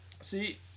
See